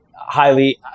highly